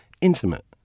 intimate